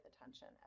attention